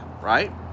right